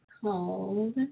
called